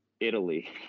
Italy